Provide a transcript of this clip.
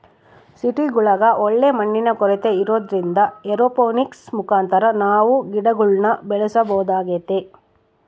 ಸಿಟಿಗುಳಗ ಒಳ್ಳೆ ಮಣ್ಣಿನ ಕೊರತೆ ಇರೊದ್ರಿಂದ ಏರೋಪೋನಿಕ್ಸ್ ಮುಖಾಂತರ ನಾವು ಗಿಡಗುಳ್ನ ಬೆಳೆಸಬೊದಾಗೆತೆ